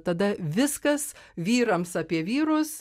tada viskas vyrams apie vyrus